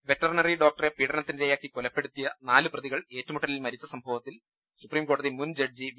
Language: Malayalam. വെറ്ററിനറി ഡോക്ടറെ പീഡനത്തിനി രയാക്കി കൊലപ്പെടുത്തിയ നാല് പ്രതികൾ ഏറ്റുമുട്ടലിൽ മരിച്ച സംഭവത്തിൽ സുപ്രീംകോടതി മുൻ ജഡ്ജി വി